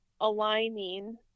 aligning